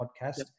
podcast